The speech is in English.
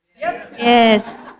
Yes